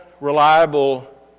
reliable